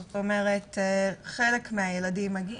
זאת אומרת חלק מהילדים מגיעים,